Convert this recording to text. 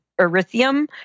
Erythium